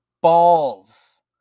balls